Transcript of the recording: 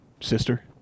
sister